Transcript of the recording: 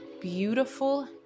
beautiful